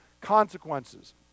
consequences